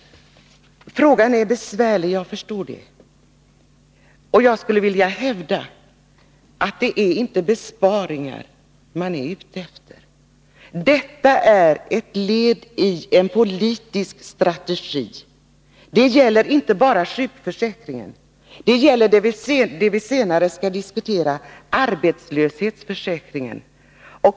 Jag förstår att frågan är besvärlig, men jag hävdar att det inte är besparingar man är ute efter. Detta är i stället ett led i en politisk strategi, och det gäller inte bara sjukförsäkringen utan också den fråga vi senare skall diskutera, nämligen arbetslöshetsförsäkringen.